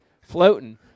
floating